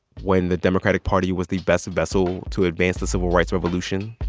when the democratic party was the best vessel to advance the civil rights revolution,